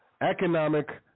economic